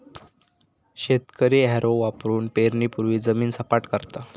शेतकरी हॅरो वापरुन पेरणीपूर्वी जमीन सपाट करता